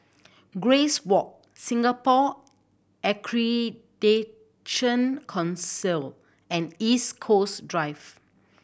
Grace Walk Singapore Accreditation Council and East Coast Drive